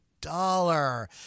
dollar